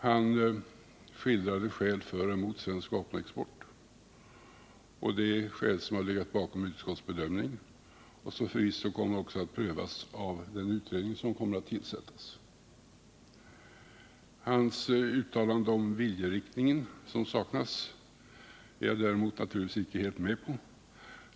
Han skildrade skäl för och emot svensk vapenexport. De skäl som legat bakom utskottets bedömning kommer förvisso att prövas av den utredning som skall tillsättas. Hans uttalande om den saknade viljeinriktningen är jag däremot naturligtvis icke helt med på.